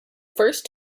first